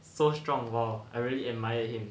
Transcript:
so strong !whoa! I really admired him